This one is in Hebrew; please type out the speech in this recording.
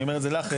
אני אומר את לך,